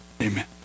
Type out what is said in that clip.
amen